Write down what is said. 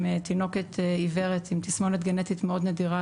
תינוקת עיוורת עם תסמונת גנטית מאוד נדירה